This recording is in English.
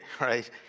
right